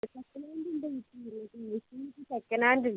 second hand ഉണ്ട് ചേച്ചി റെഡ്മിക്ക് സെക്കൻഡ് ഹാൻഡ് ഉണ്ട്